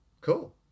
Cool